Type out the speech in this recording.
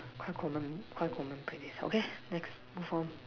quite common quite common place okay next move on